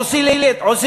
עושה לי טרנספר,